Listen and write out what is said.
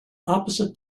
opposite